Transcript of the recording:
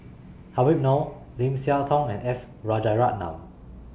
Habib Noh Lim Siah Tong and S Rajaratnam